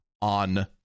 on